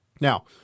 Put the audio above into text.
Now